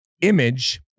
image